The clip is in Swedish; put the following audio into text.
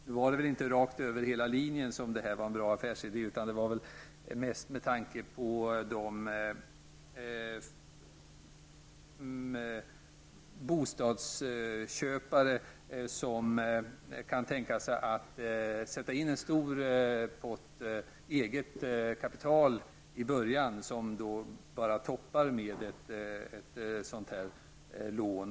Nu var det väl inte över hela linjen som man ansåg att detta var en bra affärsidé utan mest med avseende på de bostadsköpare som kan tänkas sätta in en stor pott eget kapital i början och enbart ta ett mindre topplån.